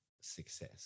success